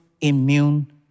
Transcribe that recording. immune